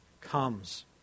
comes